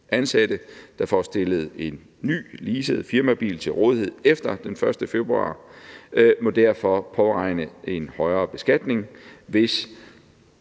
Ansatte, der får stillet en ny leaset firmabil til rådighed efter den 1. februar 2020, må derfor påregne en højere beskatning, hvis